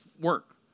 work